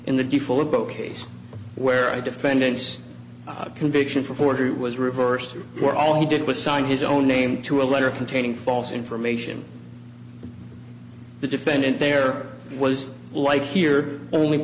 both case where a defendant's conviction for forgery was reversed were all he did was sign his own name to a letter containing false information the defendant there was like here only